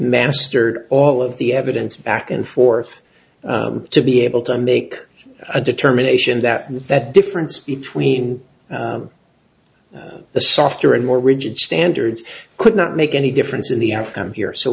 mastered all of the evidence back and forth to be able to make a determination that that difference between the softer and more rigid standards could not make any difference in the f m here so